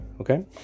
Okay